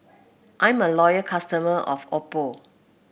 I'm a loyal customer of Oppo